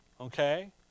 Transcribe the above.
okay